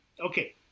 okay